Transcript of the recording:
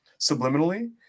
subliminally